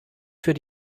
für